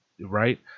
right